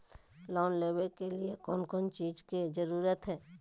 Loan लेबे के लिए कौन कौन चीज के जरूरत है?